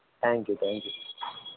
thank you thank you